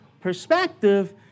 perspective